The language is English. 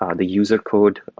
um the user code,